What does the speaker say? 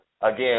again